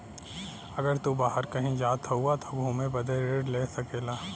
अगर तू बाहर कही जात हउआ त घुमे बदे ऋण ले सकेला